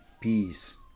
peace